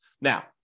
Now